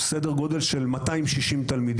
סדר גודל של 260 תלמידים.